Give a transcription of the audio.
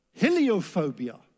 heliophobia